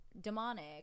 demonic